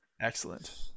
Excellent